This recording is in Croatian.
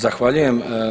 Zahvaljujem.